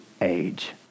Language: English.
age